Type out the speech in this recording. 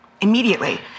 immediately